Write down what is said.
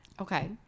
okay